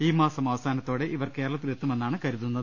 ഈ മാസം അവസാനത്തോട്ടെ ഇവർ കേര ളത്തിലെത്തുമെന്നാണ് കരുതുന്നത്